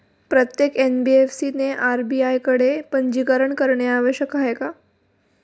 प्रत्येक एन.बी.एफ.सी ने आर.बी.आय कडे पंजीकरण करणे आवश्यक आहे का?